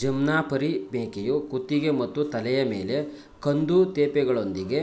ಜಮ್ನಾಪರಿ ಮೇಕೆಯು ಕುತ್ತಿಗೆ ಮತ್ತು ತಲೆಯ ಮೇಲೆ ಕಂದು ತೇಪೆಗಳೊಂದಿಗೆ